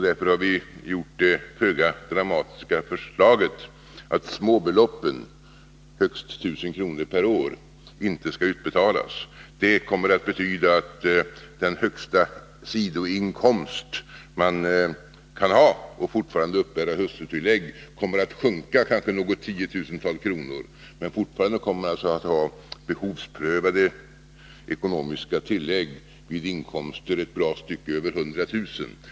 Därför har vi lagt fram det föga dramatiska förslaget att småbeloppen, högst 1 000 kr. per år, inte skall utbetalas. Det kommer att betyda att den högsta sidoinkomst man kan ha och fortfarande uppbära hustrutillägg kommer att sjunka kanske något tiotusental kronor, men fortfarande kommer man att ha behovsprövade tillägg vid inkomster en bra bit över 100 000 kr.